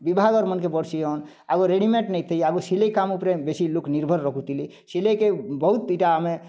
ବିବାହଘରମାନଙ୍କେ ବଡ଼୍ ସିଜନ୍ ଆଉ ରେଡ୍ଡୀମେଣ୍ଡ୍ ନେଇଥି ଆଗରୁ ସିଲେଇ କାମ ଉପରେ ବେଶୀ ଲୋକ ନିର୍ଭର ରହୁଥିଲେ ସିଲେଇ କେ ବହୁତ୍ ଏଇଟା ଆମେ